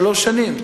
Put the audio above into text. שלוש שנים.